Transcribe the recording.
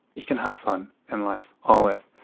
you can have fun in life, always.